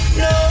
no